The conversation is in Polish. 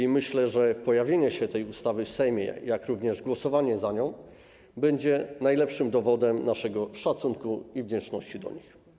I myślę, że pojawienie się tej ustawy w Sejmie, jak również głosowanie za nią będzie najlepszym dowodem naszego szacunku i wdzięczności dla nich.